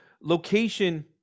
location